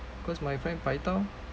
cause my friend paitao